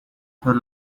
third